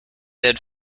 did